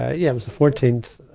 ah, yeah, it was the fourteenth,